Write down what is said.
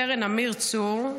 סרן אמיר צור,